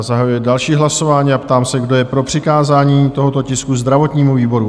Zahajuji další hlasování a ptám se, kdo je pro přikázání tohoto tisku zdravotnímu výboru?